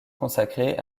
consacré